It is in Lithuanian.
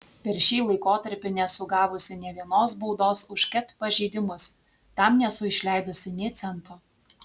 per šį laikotarpį nesu gavusi nė vienos baudos už ket pažeidimus tam nesu išleidusi nė cento